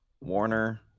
warner